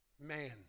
man